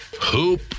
Hoop